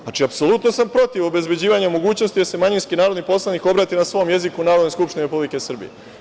Znači, apsolutno sam protiv obezbeđivanja mogućnosti da se manjinski narodni poslanik obrati na svom jeziku Narodnoj skupštini Republike Srbije.